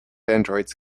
androids